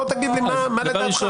בוא תגיד לי מה אתה מציע.